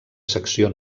secció